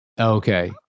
Okay